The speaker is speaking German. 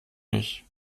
ich